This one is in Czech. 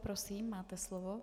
Prosím, máte slovo.